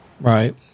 Right